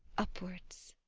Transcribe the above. upwards.